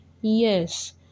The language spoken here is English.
Yes